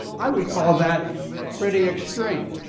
i would call that pretty extreme.